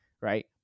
Right